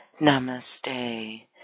Namaste